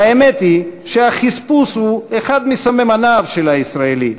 והאמת היא שהחספוס הוא אחד מסממניו של הישראלי,